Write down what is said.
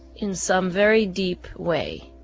in some very deep way,